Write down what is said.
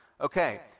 Okay